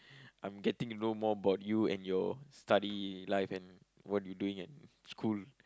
I'm getting to know more about you and your study life and what you doing in school